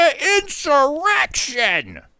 insurrection